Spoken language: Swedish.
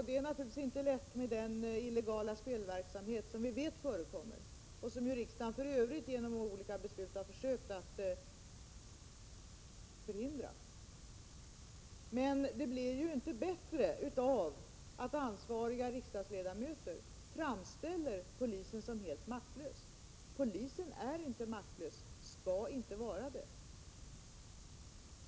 Det är naturligtvis inte så lätt att komma till rätta med den illegala spelverksamhet som vi vet förekommer, och som ju riksdagen för övrigt genom olika beslut har försökt förhindra. Men det blir ju inte bättre av att ansvariga riksdagsledamöter framställer polisen som helt maktlös. Polisen är inte maktlös, och skall inte vara det.